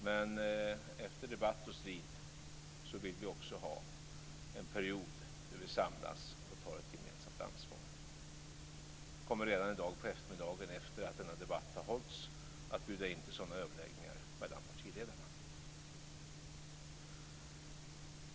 Men efter debatt och strid vill vi också ha en period där vi samlas och tar ett gemensamt ansvar. Jag kommer redan i dag på eftermiddagen, efter den här debatten har hållits, att bjuda in partiledarna till sådana överläggningar.